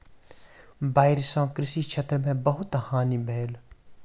बाइढ़ सॅ कृषि क्षेत्र में बहुत हानि भेल